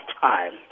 time